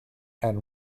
and